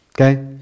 Okay